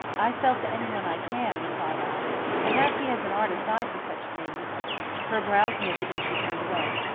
i sell to anyone i can, replied i and as he has an artist's eye for such things her brows knitted and she turned away.